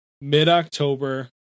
mid-october